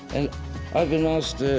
and i've been asked